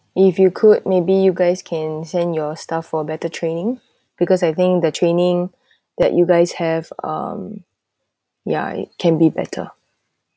if you could maybe you guys can send your staff for better training because I think the training that you guys have um yeah it can be better